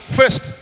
first